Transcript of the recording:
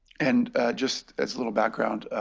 and just as a little background,